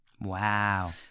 Wow